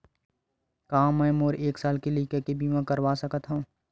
का मै मोर एक साल के लइका के बीमा करवा सकत हव?